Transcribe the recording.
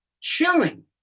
chilling